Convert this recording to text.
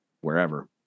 wherever